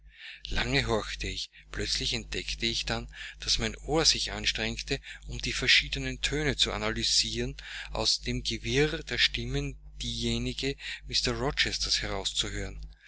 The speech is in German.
lange horchte ich plötzlich entdeckte ich dann daß mein ohr sich anstrengte um die verschiedenen töne zu analysieren aus dem gewirr der stimmen diejenige mr rochesters herauszuhören